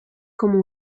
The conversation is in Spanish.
como